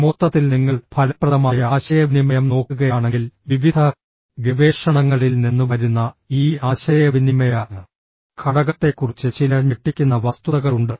മൊത്തത്തിൽ നിങ്ങൾ ഫലപ്രദമായ ആശയവിനിമയം നോക്കുകയാണെങ്കിൽ വിവിധ ഗവേഷണങ്ങളിൽ നിന്ന് വരുന്ന ഈ ആശയവിനിമയ ഘടകത്തെക്കുറിച്ച് ചില ഞെട്ടിക്കുന്ന വസ്തുതകളുണ്ട്